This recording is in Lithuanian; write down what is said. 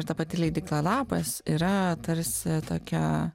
ta pati leidykla lapas yra tarsi tokia